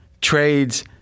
trades